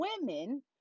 women